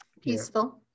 Peaceful